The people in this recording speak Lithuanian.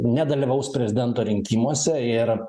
nedalyvaus prezidento rinkimuose yra